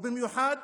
ובמיוחד